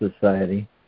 Society